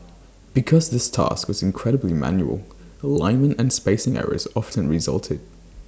because this task was incredibly manual alignment and spacing errors often resulted